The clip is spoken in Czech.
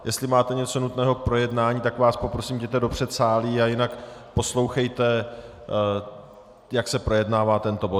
Jestli máte něco nutného k projednání, tak vás poprosím, jděte do předsálí a jinak poslouchejte, jak se projednává tento bod.